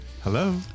Hello